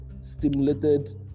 stimulated